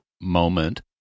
moment